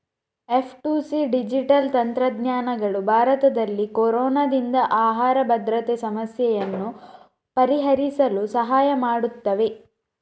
F two C digital ತಂತ್ರಜ್ಞಾನಗಳು ಭಾರತದಲ್ಲಿ ಕೊರೊನಾದಿಂದ ಆಹಾರ ಭದ್ರತೆ ಸಮಸ್ಯೆಯನ್ನು ಪರಿಹರಿಸಲು ಸಹಾಯ ಮಾಡುತ್ತವೆ